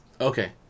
Okay